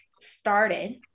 started